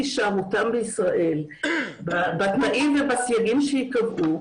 הישארותם בישראל בתנאים והסייגים שיקבעו,